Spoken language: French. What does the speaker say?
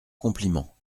compliment